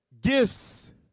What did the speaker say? gifts